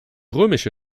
römische